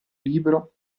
libro